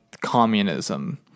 communism